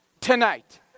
Tonight